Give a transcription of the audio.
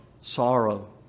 sorrow